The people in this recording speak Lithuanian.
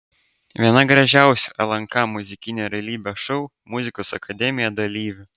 viena gražiausių lnk muzikinio realybės šou muzikos akademija dalyvių